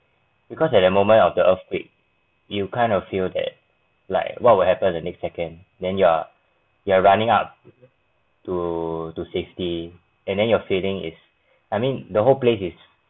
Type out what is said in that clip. because at the moment of the earthquake you kind of feel that like what will happen the next second then you're you're running up to to safety and then your feeling is I mean the whole place is